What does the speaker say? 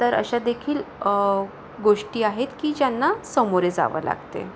तर अशा देखील गोष्टी आहेत की ज्यांना सामोरे जावं लागते